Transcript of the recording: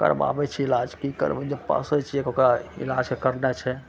करबाबैत छियै इलाज की करबै जे पोसैत छियै तेकरा इलाज तऽ करनाइ छै